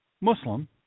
Muslim